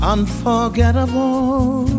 Unforgettable